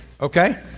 Okay